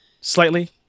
Slightly